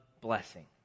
blessing